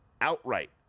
outright